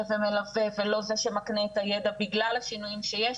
ומלווה ולא זה שמקנה את הידע בגלל השינויים שיש.